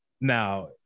Now